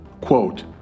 Quote